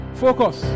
focus